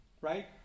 Right